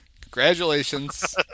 Congratulations